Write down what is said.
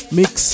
mix